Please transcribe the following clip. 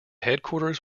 headquarters